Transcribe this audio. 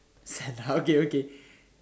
okay okay